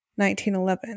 1911